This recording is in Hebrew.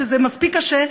שזה מספיק קשה,